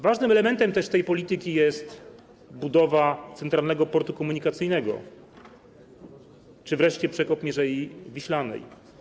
Ważnym elementem tej polityki jest budowa Centralnego Portu Komunikacyjnego czy wreszcie przekop Mierzei Wiślanej.